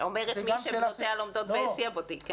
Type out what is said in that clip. אומרת מי שבנותיה לומדות בשיא הבוטיק.